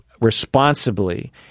responsibly